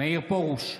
מאיר פרוש,